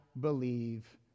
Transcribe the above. believe